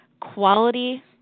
quality